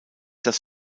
das